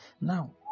Now